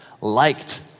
liked